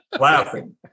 laughing